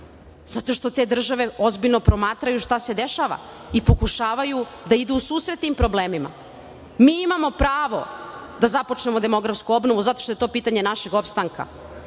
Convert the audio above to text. zato što te države ozbiljno promatraju šta se dešava i pokušavaju da idu u susret tim problemima. Mi imamo pravo da započnemo demografsku obnovu zato što je to pitanje našeg opstanka.